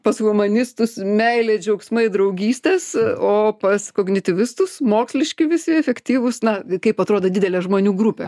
pas humanistus meilė džiaugsmai draugystės o pas kognityvistus moksliški visi efektyvūs na kaip atrodo didelė žmonių grupė